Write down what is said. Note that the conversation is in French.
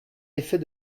effet